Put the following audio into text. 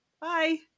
bye